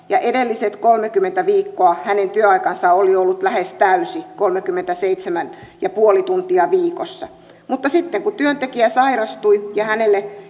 ja edelliset kolmekymmentä viikkoa hänen työaikansa oli ollut lähes täysi kolmekymmentäseitsemän pilkku viisi tuntia viikossa mutta sitten työntekijä sairastui ja hänelle